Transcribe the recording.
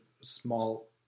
small